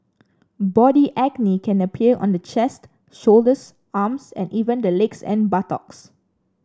body acne can appear on the chest shoulders arms and even the legs and buttocks